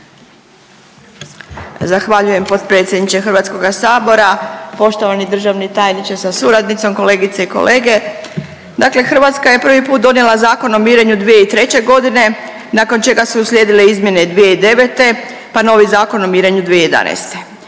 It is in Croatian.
Zahvaljujem potpredsjedniče HS-a, poštovani državni tajniče sa suradnicom, kolegice i kolege. Dakle Hrvatska je prvi put donijela Zakon o mirenju 2003. g. nakon čega su uslijedile izmjene 2009., pa novi Zakon o mirenju 2011.